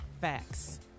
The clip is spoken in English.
Facts